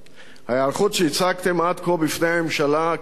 ההיערכות שהצגתם עד כה בפני הממשלה, הקבינט,